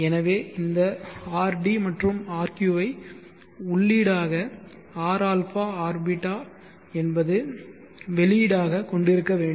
எனவே இந்த rd மற்றும் rq ஐ உள்ளீடாக rα rß என்பது வெளியீடாக கொண்டிருக்க வேண்டும்